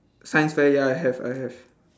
science fair ya I have I have